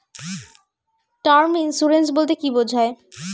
Term insurance বলতে কী বোঝায়?